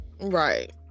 Right